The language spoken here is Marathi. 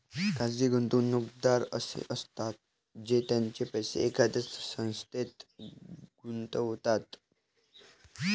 खाजगी गुंतवणूकदार असे असतात जे त्यांचे पैसे एखाद्या संस्थेत गुंतवतात